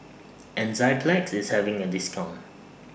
Enzyplex IS having A discount